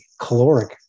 caloric